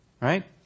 Right